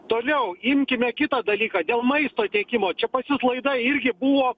toliau imkime kitą dalyką dėl maisto tiekimo čia pat laida irgi buvo